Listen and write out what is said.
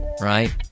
Right